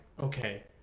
okay